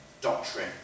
doctrine